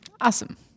Awesome